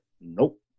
Nope